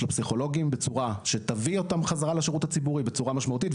הפסיכולוגים בצורה שתביא אותם חזרה לשירות הציבורי בצורה משמעותית,